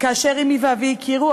כאשר אמי ואבי הכירו,